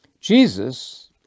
Jesus